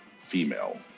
female